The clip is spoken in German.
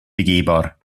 begehbar